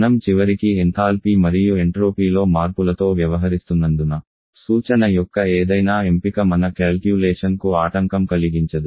మనం చివరికి ఎంథాల్పీ మరియు ఎంట్రోపీలో మార్పులతో వ్యవహరిస్తున్నందున సూచన యొక్క ఏదైనా ఎంపిక మన గణనకు ఆటంకం కలిగించదు